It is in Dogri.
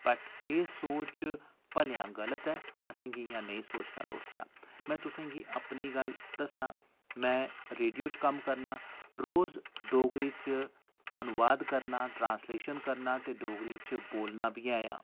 पर एह् सोच भलेआं गलत ऐ असें गी इ'यां नेई सोचना लोड़चदा में तुसें गी अपनी गल्ल दस्सां में रेडियो च कम्म करना रोज डोगरी च अनुवाद करना ट्रांसलेशन करना ते डोगरी च बोलना बी ऐ आं